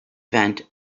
event